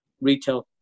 retail